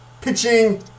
pitching